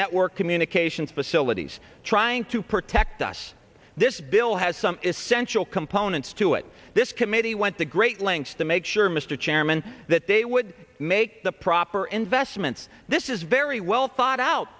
network communications facilities trying to protect us this bill has some essential components to it this committee went to great lengths to make sure mr chairman that they would make the proper investments this is very well thought out